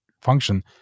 function